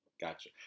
Gotcha